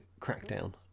Crackdown